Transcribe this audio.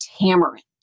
tamarind